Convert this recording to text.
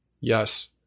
Yes